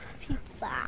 pizza